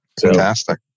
Fantastic